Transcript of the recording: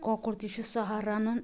کۄکُر تہِ چھُ سہل رَنُن